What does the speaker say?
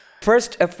First